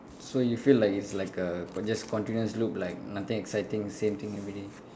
so you feel like it's like a just continuous loop like nothing exciting same thing everyday